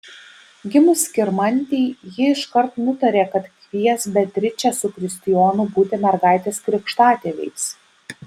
gimus skirmantei ji iškart nutarė kad kvies beatričę su kristijonu būti mergaitės krikštatėviais